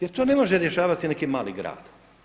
Jer to ne može rješavati neki mali grad.